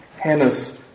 Hannah's